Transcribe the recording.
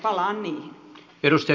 palaan niihin